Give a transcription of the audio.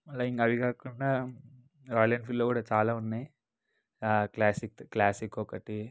అలా ఇంకా అవి కాకుండా రాయల్ ఎన్ఫీల్డ్లో కూడా చాలా ఉన్నాయి క్లాసిక్ క్లాసిక్ ఒకటి